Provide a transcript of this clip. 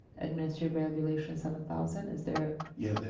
administrative regulation seven thousand? is there? yeah,